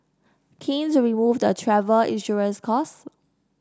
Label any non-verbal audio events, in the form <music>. keen <unintelligible> remove the travel insurance costs